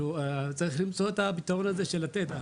צריך למצוא את הפתרון של לתת.